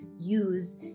use